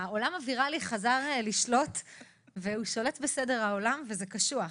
העולם הוויראלי שולט בסדר-היום של העולם וזה קשוח,